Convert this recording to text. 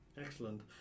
Excellent